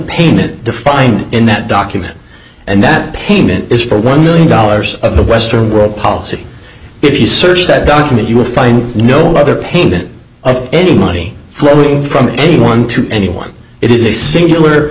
painted defined in that document and that payment is for one million dollars of the western world policy if you search that document you will find no other payment i think any money flowing from anyone to anyone it is a singular